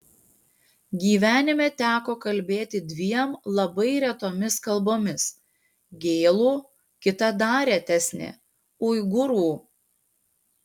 gyvenime teko kalbėti dviem labai retomis kalbomis gėlų kita dar retesne uigūrų